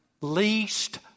least